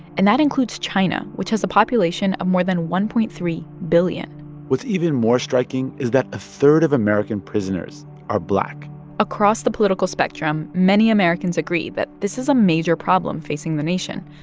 and that includes china, which has a population of more than one point three billion what's even more striking is that a third of american prisoners are black across the political spectrum, many americans agree that this is a major problem facing the nation.